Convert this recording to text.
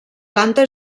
planta